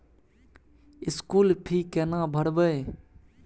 School fee केना भरबै?